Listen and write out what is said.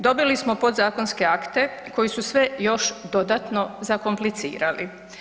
Dobili smo podzakonske akte koji sve još dodatno zakomplicirali.